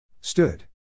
Stood